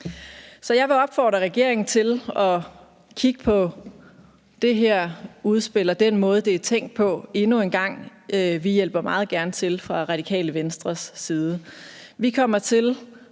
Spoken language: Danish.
jeg vil opfordre regeringen til at kigge på det her udspil og den måde, det er tænkt på, endnu en gang. Vi hjælper meget gerne til fra Radikale Venstres side.